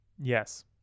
Yes